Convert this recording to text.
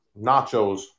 nachos